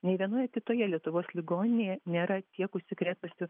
nei vienoj kitoje lietuvos ligoninėje nėra tiek užsikrėtusių